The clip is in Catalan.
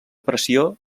pressió